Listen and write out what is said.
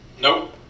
Nope